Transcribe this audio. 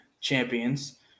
champions